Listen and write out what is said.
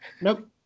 Nope